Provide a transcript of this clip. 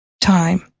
time